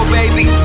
baby